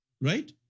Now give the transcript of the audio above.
Right